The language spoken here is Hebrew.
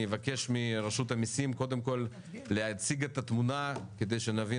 אני אבקש מרשות המיסים קודם כל להציג את התמונה כדי שנבין